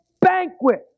banquet